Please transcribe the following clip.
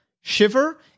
Shiver